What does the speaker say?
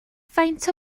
faint